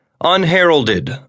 unheralded